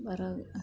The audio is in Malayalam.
വിറക്